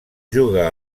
juga